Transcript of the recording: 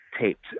taped